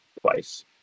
Twice